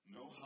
no